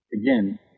again